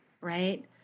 right